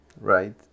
right